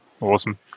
Awesome